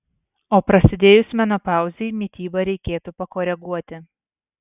o prasidėjus menopauzei mitybą reikėtų pakoreguoti